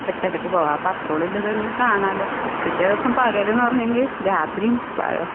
എട്ടരക്ക് പോവാം അപ്പം അത്രോളമിതങ്ങ് കാണാല്ലോ പിറ്റേ ദിവസം പകലെന്ന് പറഞ്ഞെങ്കിൽ രാത്രിയും